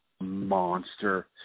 monster